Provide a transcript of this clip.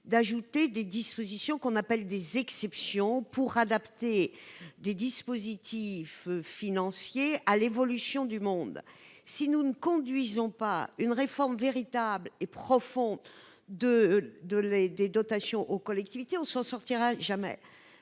prévoir des dispositions, appelées exceptions, pour adapter les mécanismes financiers à l'évolution du monde. Si nous ne conduisons pas une réforme véritable et profonde des dotations aux collectivités, nous n'en sortirons jamais